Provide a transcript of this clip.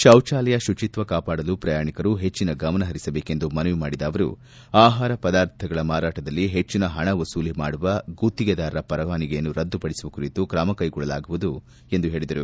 ಶೌಚಾಲಯ ಶುಚಿತ್ವ ಕಾಪಾಡಲು ಪ್ರಯಾಣಿಕರು ಪೆಜ್ಜಿನ ಗಮನ ಪರಿಸ ಬೇಕೆಂದು ಮನವಿ ಮಾಡಿದ ಅವರು ಆಪಾರ ಪದಾರ್ಥಗಳ ಮಾರಾಟದಲ್ಲಿ ಹೆಚ್ಚಿನ ಪಣ ವಸೂಲಿ ಮಾಡುವ ಗುತ್ತಿಗೆದಾರರ ಪರವಾನಿಗೆಯನ್ನು ರದ್ದುಪಡಿಸುವ ಕುರಿತು ಕ್ರಮ ಕೈಗೊಳ್ಳಲಾಗುವುದು ಎಂದು ಹೇಳಿದರು